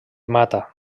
mata